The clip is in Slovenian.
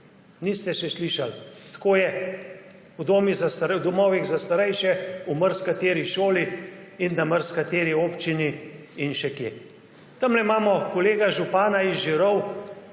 Niste še slišali? Tako je. V domovih za starejše, v marsikateri šoli in na marsikateri občini in še kje. Tamle imamo kolega župana iz Žirov,